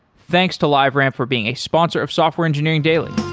thanks to liveramp for being a sponsor of software engineering daily